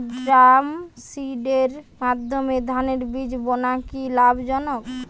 ড্রামসিডারের মাধ্যমে ধানের বীজ বোনা কি লাভজনক?